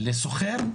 לסוחר,